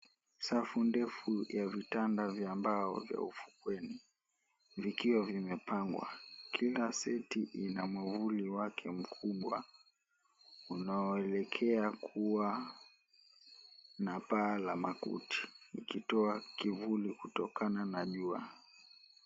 Safu ndefu ya vitanda vya mbao vya ufukweni, vikiwa vimepangwa. Kila seti ina mwavuli wake mkubwa, unaoelekea kuwa na paa la makuti ikitoa kivuli kutokana na jua.